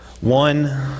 One